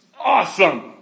Awesome